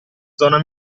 zona